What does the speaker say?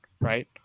right